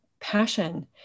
passion